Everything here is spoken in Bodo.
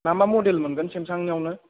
मा मा मदेल मोनगोन सेमसांनियावनो